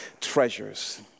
treasures